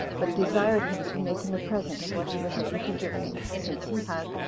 but desired him to make him a present of what he was able to give him, since he had,